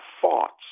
thoughts